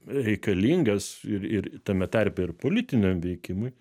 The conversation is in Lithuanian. reikalingas ir ir tame tarpe ir politiniam veikimui